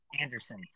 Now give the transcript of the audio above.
Anderson